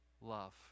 love